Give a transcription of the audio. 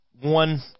one